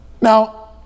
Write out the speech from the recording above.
Now